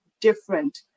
different